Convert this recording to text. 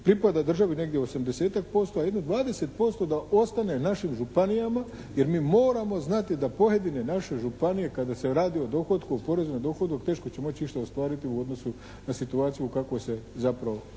pripada državi negdje 80-tak posto, a jedno 20% da ostane našim županijama jer mi moramo znati da pojedine naše županije kada se radi o dohotku, o porezu na dohodak teško će moći išta ostvariti u odnosu na situaciju u kakvoj se zapravo